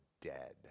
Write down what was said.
dead